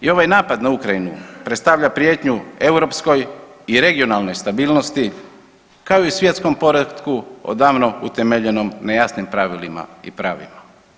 I ovaj napad na Ukrajinu predstavlja prijetnju europskoj i regionalnoj stabilnosti, kao i svjetskom poretku odavno utemeljenom na jasnim pravilima i pravima.